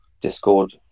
discord